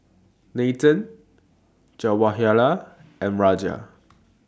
Nathan Jawaharlal and Raja